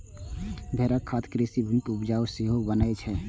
भेड़क खाद कृषि भूमि कें उपजाउ सेहो बनबै छै